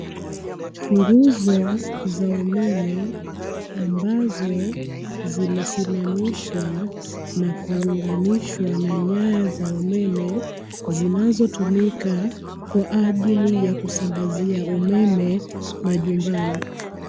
Nguzo za umeme ambazo zimesimamishwa na kuunganishwa na nyaya za umeme, zinazotumika kwa ajili ya kusambazia umeme majumbani.